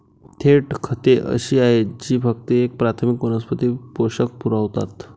थेट खते अशी आहेत जी फक्त एक प्राथमिक वनस्पती पोषक पुरवतात